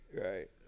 Right